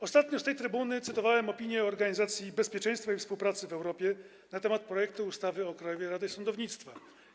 Ostatnio z tej trybuny cytowałem opinię Organizacji Bezpieczeństwa i Współpracy w Europie na temat projektu ustawy o Krajowej Radzie Sądownictwa.